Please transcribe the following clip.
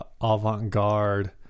avant-garde